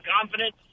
confidence